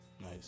Nice